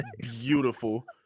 beautiful